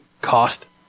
cost-